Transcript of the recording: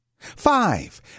Five